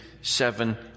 seven